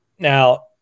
Now